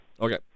Okay